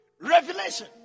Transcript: Revelation